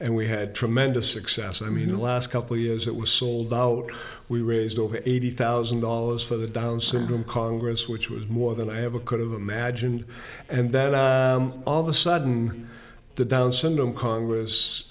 and we had tremendous success i mean the last couple years it was sold out we raised over eighty thousand dollars for the down syndrome congress which was more than i have a could have imagined and then all of a sudden the down syndrome congress